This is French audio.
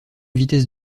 vitesse